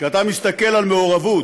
כשאתה מסתכל על מעורבות